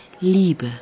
liebe